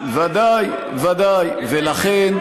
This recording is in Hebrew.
נכון, ודאי, ודאי, ודאי.